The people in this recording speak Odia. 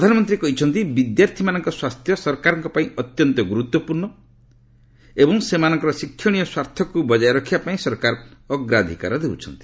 ପ୍ରଧାନମନ୍ତ୍ରୀ କହିଛନ୍ତି ବିଦ୍ୟାର୍ଥୀମାନଙ୍କ ସ୍ୱାସ୍ଥ୍ୟ ସରକାରଙ୍କ ପାଇଁ ଅତ୍ୟନ୍ତ ଗୁରୁତ୍ୱପୂର୍ଣ୍ଣ ଏବଂ ସେମାନଙ୍କର ଶିକ୍ଷଣୀୟ ସ୍ୱାର୍ଥକୁ ବଜାୟ ରଖିବା ପାଇଁ ସରକାର ଅଗ୍ରାଧିକାର ଦେଉଛନ୍ତି